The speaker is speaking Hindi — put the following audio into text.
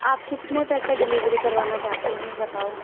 आप कितने पैसे डिलिवरी करवाना चाहते हैं बताओ